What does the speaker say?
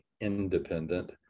independent